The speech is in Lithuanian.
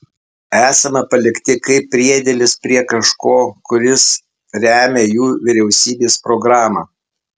esame palikti kaip priedėlis prie kažko kuris remią jų vyriausybės programą